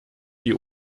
die